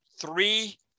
three